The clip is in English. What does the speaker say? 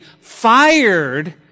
fired